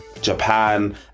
Japan